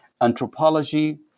anthropology